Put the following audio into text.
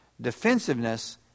defensiveness